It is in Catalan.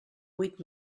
huit